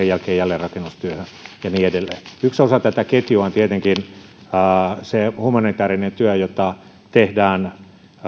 jälkeen jälleenrakennustyöhön ja niin edelleen yksi osa tätä ketjua on tietenkin se humanitäärinen työ jota tehdään